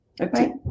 Okay